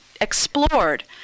explored